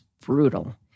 brutal